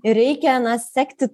ir reikia na sekti